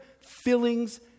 fillings